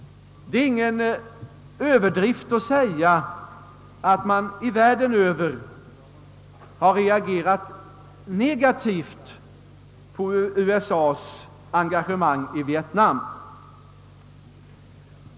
Det är ingen överdrift att säga att man i hela världen har reagerat negativt på USA:s engagemang i Vietnam.